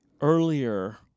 earlier